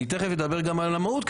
אני תכף אדבר גם על המהות,